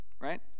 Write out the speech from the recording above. right